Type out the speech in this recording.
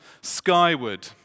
skyward